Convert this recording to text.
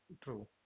True